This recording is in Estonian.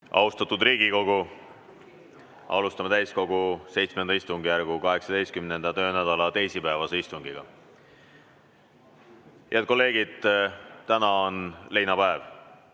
Austatud Riigikogu! Alustame täiskogu VII istungjärgu 18. töönädala teisipäevast istungit. Head kolleegid, täna on leinapäev,